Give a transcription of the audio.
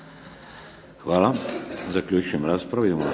Hvala. Zaključujem raspravu.